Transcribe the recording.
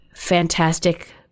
Fantastic